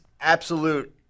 absolute